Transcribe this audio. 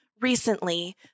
recently